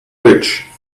bridge